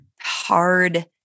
hard